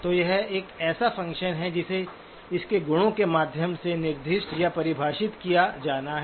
तो यह एक ऐसा फ़ंक्शन है जिसे इसके गुणों के माध्यम से निर्दिष्ट या परिभाषित किया जाना है